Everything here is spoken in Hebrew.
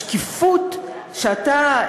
השקיפות שאתה,